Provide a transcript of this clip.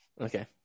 Okay